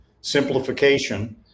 Simplification